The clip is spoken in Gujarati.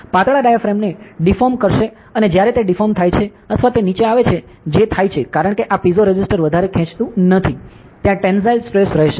પાતળા ડાયાફ્રેમને ડિફોર્મ કરશે અને જ્યારે તે ડિફોર્મ થાય છે અથવા તે નીચે આવે છે જે થાય છે કારણ કે આ પીઝોરેસિસ્ટર વધારે ખેંચતું નથી ત્યાં ટેન્સાઇલ સ્ટ્રેસ રહેશે